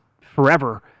forever